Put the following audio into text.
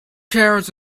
carrots